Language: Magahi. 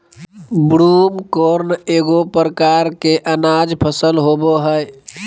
ब्रूमकॉर्न एगो प्रकार के अनाज फसल होबो हइ